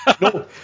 No